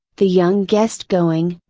the young guest going,